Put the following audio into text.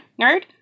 Nerd